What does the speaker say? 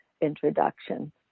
introduction